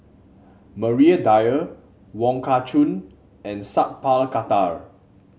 Maria Dyer Wong Kah Chun and Sat Pal Khattar